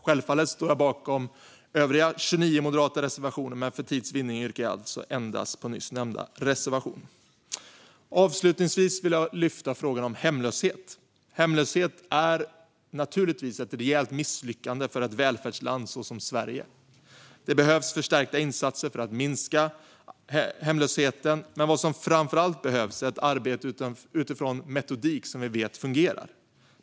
Självfallet står jag bakom övriga 29 moderata reservationer, men för tids vinnande yrkar jag alltså bifall endast till reservation 1. Avslutningsvis vill jag lyfta fram frågan om hemlöshet. Hemlöshet är naturligtvis ett rejält misslyckande för ett välfärdsland som Sverige. Det behövs förstärkta insatser för att minska hemlösheten. Men vad som framför allt behövs är ett arbete utifrån metodik som vi vet fungerar.